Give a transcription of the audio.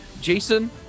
Jason